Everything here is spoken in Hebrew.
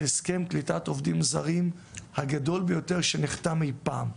הסכם קליטת עובדים זרים הגדול ביותר בנחתם אי פעם,